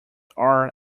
are